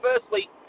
Firstly